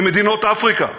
עם מדינות אפריקה,